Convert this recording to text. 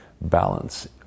balance